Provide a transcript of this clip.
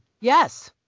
Yes